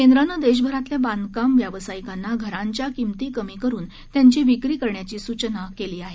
केंद्रानं देशभरातील बांधकाम व्यवसायिकांना घरांच्या किमती कमी करून त्यांची विक्री करण्याची सूचना केंद्रानं केली आहे